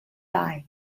time